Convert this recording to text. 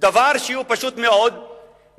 דבר שהוא פשוט מאוד מסית,